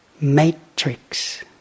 Matrix